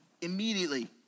immediately